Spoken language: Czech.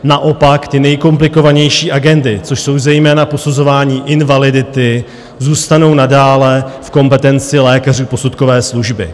Naopak ty nejkomplikovanější agendy, což jsou zejména posuzování invalidity, zůstanou nadále v kompetenci lékařů posudkové služby.